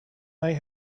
they